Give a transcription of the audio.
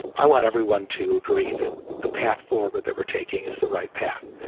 i want everyone to agree that the path forward that we're taking is the right path.